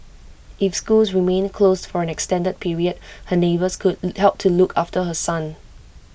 if schools remain closed for an extended period her neighbour could help to look after her son